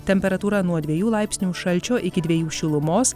temperatūra nuo dviejų laipsnių šalčio iki dviejų šilumos